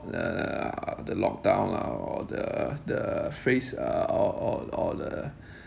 the the lockdown lah or the the phase uh or or or the